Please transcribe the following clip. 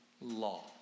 law